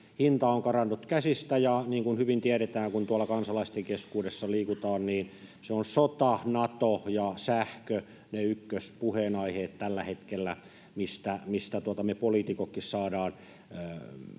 Hinta on karannut käsistä, ja niin kuin hyvin tiedetään, kun tuolla kansalaisten keskuudessa liikutaan, sota, Nato ja sähkö ovat ne ykköspuheenaiheet tällä hetkellä, mistä me poliitikot saadaan